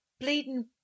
bleeding